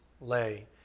lay